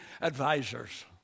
advisors